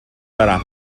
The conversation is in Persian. دارم